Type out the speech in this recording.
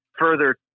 further